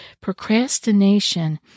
procrastination